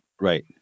Right